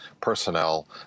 personnel